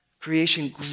Creation